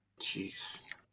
Jeez